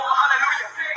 hallelujah